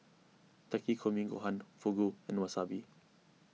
Takikomi Gohan Fugu and Wasabi